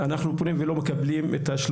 בהרשאה של משרד החינוך אין את הסכום